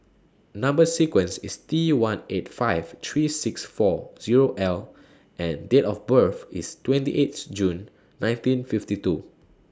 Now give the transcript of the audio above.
Number sequence IS T one eight five three six four Zero L and Date of birth IS twenty eight June nineteen fifty two